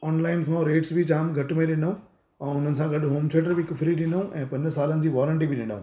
online खां rates बि जाम घटि में ॾिनऊं ऐं हुननि सां गॾु होम थिएटर बि हिकु फ्री ॾिनऊं ऐं पंज सालनि जी वॉरंटी बि ॾिनऊं